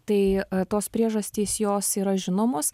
tai tos priežastys jos yra žinomos